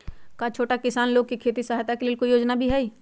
का छोटा किसान लोग के खेती सहायता के लेंल कोई योजना भी हई?